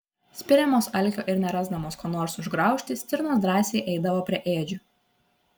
spiriamos alkio ir nerasdamos ko nors užgraužti stirnos drąsiai eidavo prie ėdžių